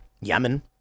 yemen